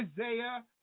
Isaiah